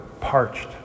parched